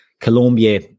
Colombia